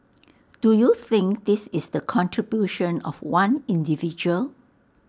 do you think this is the contribution of one individual